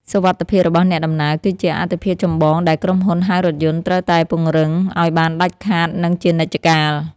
សុវត្ថិភាពរបស់អ្នកដំណើរ គឺជាអាទិភាពចម្បងដែលក្រុមហ៊ុនហៅរថយន្តត្រូវតែពង្រឹងឱ្យបានដាច់ខាត និងជានិច្ចកាល។